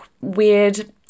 weird